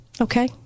Okay